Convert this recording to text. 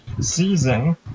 season